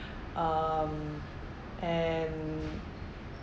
um and